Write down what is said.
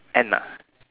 N ah